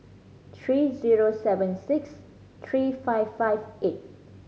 three zero seven six three five five eight